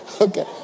okay